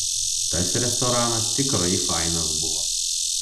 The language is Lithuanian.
tas restoranas tikrai fainas buvo